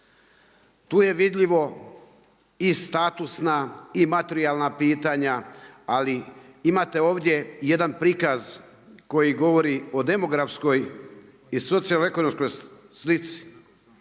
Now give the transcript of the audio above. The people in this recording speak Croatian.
Tu je vidljivo i statusna i materijalna pitanja ali imate ovdje i jedan prikaz koji govori o demografskoj i socijalno ekonomskoj slici